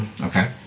Okay